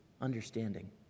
understanding